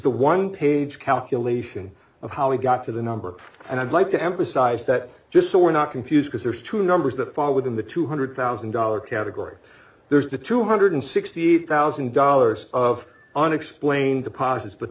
the one page calculation of how we got to the number and i'd like to emphasize that just so we're not confused because there's two numbers that fall within the two hundred thousand dollars category there's a two hundred sixty eight thousand dollars of unexplained deposits but